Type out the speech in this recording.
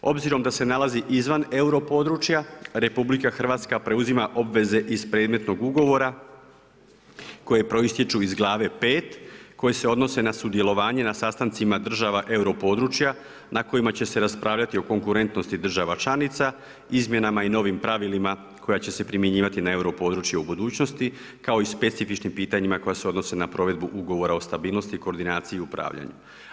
Obzirom da se nalazi izvan euro područja, Republika Hrvatska preuzima obveze iz predmetnog Ugovora koje proistječu iz glave 5 koje se odnose na sudjelovanje na sastancima država euro područja na kojima će se raspravljati o konkurentnosti država članica, izmjenama i novim pravilima koja će se primjenjivati na euro područje u budućnosti, kao i o specifičnim pitanjima koja se odnose na provedbu Ugovora o stabilnosti, koordinaciju i upravljanju.